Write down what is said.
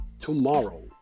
tomorrow